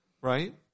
right